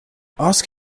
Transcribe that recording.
ask